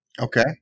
Okay